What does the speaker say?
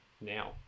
now